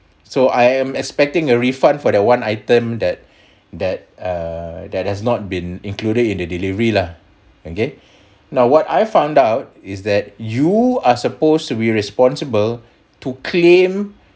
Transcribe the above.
so I am expecting a refund for the one item that that err that has not been included in the delivery lah okay now what I found out is that you are supposed to be responsible to claim